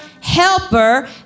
helper